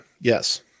yes